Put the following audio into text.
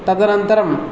तदनन्तरम्